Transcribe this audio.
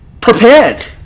prepared